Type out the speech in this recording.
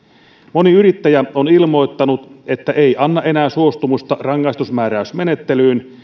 moni yrittäjä on ilmoittanut ettei anna enää suostumusta rangaistusmääräysmenettelyyn